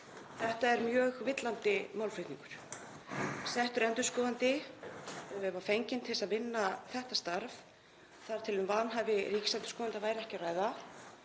Þetta er mjög villandi málflutningur. Settur ríkisendurskoðandi var fenginn til að vinna þetta starf þar til um vanhæfi ríkisendurskoðanda væri ekki